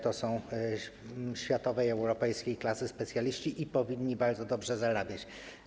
To są światowej i europejskiej klasy specjaliści i powinni bardzo dobrze zarabiać.